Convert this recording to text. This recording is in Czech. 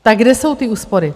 Tak kde jsou ty úspory?